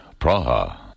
Praha